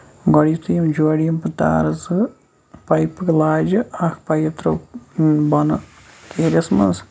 گۄڑٕ یِتھُے یِم جوڑِ یِم تارٕ زٕ پایپہٕ لاجہِ اکھ پایپ ترٲو بۄنہٕ کیٖرِس منٛز